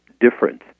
different